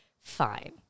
fine